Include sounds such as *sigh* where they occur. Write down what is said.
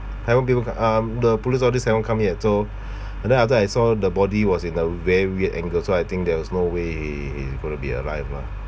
haven't build um the police all this haven't come yet so *breath* and then after I saw the body was in a very weird angle so I think there was no way he is going to be alive lah